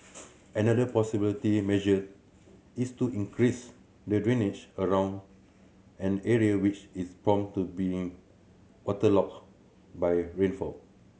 another possibility measure is to increase the drainage around an area which is prone to being waterlogged by rainfall